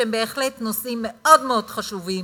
שהם בהחלט נושאים מאוד מאוד חשובים,